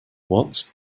what’s